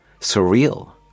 Surreal